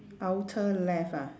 outer left ah